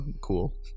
cool